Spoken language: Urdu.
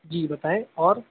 جی بتائیں اور